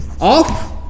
off